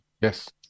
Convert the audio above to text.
Yes